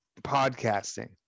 podcasting